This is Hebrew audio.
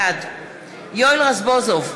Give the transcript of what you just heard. בעד יואל רזבוזוב,